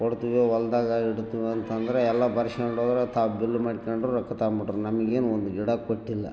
ಕೊಡ್ತೀವಿ ಹೊಲ್ದಾಗ ಹಿಡಿದು ಅಂತಂದರೆ ಎಲ್ಲ ಬರೆಸ್ಕೊಂಡ್ ಹೋದರೆ ತಾ ಬಿಲ್ಲ್ ಮಡ್ಕಂಡ್ರು ರೊಕ್ಕ ತಾಂಬಿಟ್ರು ನಂಗೇನು ಒಂದು ಗಿಡ ಕೊಟ್ಟಿಲ್ಲ